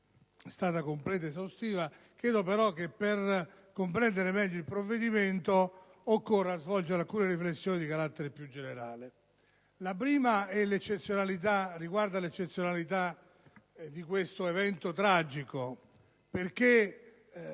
La prima riguarda l'eccezionalità di questo evento tragico,